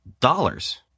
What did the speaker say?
dollars